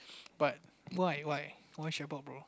but why why why chef bob bro